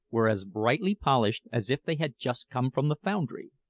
were as brightly polished as if they had just come from the foundry.